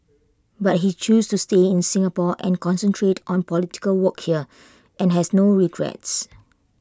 but he chose to stay in Singapore and concentrate on political work here and has no regrets